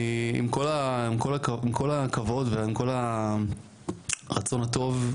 אני עם כל הכבוד והרצון הטוב,